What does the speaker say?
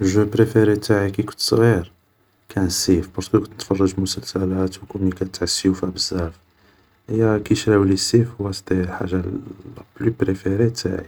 الجو بريفيري تاعي كي كنت صغير كان السيف, بارسكو كنت نتفرج مسلسلات و كوميكات تاع سيوفا بزاف, أيا كي شراولي سيف, هو سيتي الحاجا لا بلو بريفيري تاعي